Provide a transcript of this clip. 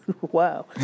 Wow